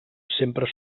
sempre